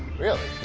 really?